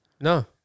No